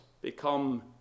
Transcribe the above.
become